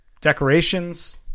decorations